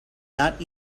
not